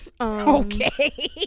okay